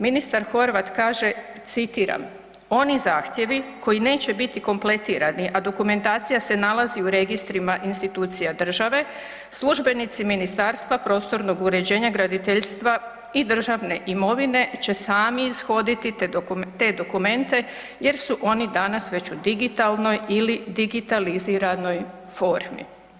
Ministar Horvat kaže, citiram, oni zahtjevi koji neće biti kompletirani, a dokumentacija se nalazi u registrima institucija države, službenici Ministarstva prostornog uređenja, graditeljstva i državne imovine će sami ishoditi te dokumente jer su oni danas već u digitalnoj ili digitaliziranoj formi.